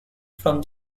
from